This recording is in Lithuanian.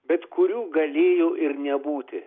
bet kurių galėjo ir nebūti